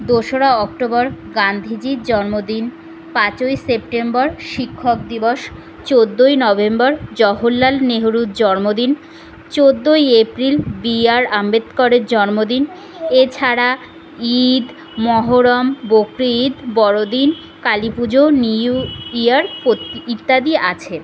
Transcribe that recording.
দোসরা অক্টোবর গান্ধীজির জন্মদিন পাঁচই সেপ্টেম্বর শিক্ষক দিবস চোদ্দই নভেম্বর জওহরলাল নেহরুর জন্মদিন চোদ্দই এপ্রিল বি আর আম্বেদকরের জন্মদিন এছাড়া ঈদ মহরম বখরি ঈদ বড়দিন কালী পুজো নিউ ইয়ার ইত্যাদি আছে